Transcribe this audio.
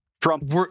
trump